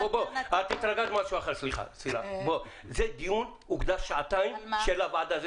זה דיון שמוקדשות לו שעתיים של הוועדה.